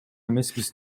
эмеспиз